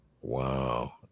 Wow